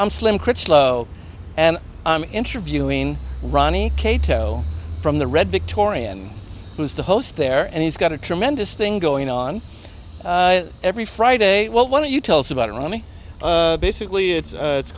i'm slim critchlow and i'm interviewing ronnie cato from the red victorian who's the host there and he's got a tremendous thing going on every friday well why don't you tell us about it i mean basically it's it's